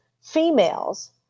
females